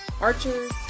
archers